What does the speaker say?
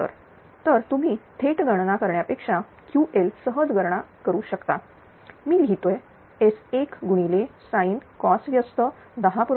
तर तुम्ही थेट गणना करण्यापेक्षा Ql सहज गणना करू शकता मी लिहितोय S1 sincos 1 10